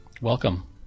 Welcome